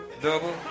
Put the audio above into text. Double